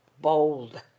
bold